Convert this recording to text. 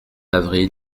avril